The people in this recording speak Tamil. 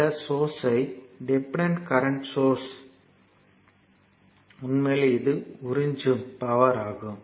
இந்த சோர்ஸ்யை டிபெண்டன்ட் கரண்ட் சோர்ஸ் உண்மையில் இது உறிஞ்சும் பவர் ஆகும்